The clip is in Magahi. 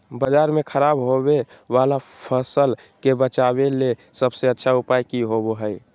बाजार में खराब होबे वाला फसल के बेचे ला सबसे अच्छा उपाय की होबो हइ?